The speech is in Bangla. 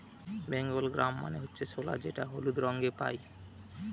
বেঙ্গল গ্রাম মানে হচ্ছে ছোলা যেটা হলুদ রঙে পাই